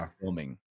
filming